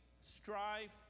strife